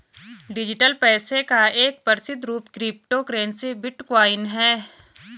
digital पैसे का एक प्रसिद्ध रूप क्रिप्टो करेंसी बिटकॉइन है